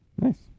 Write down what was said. Nice